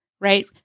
right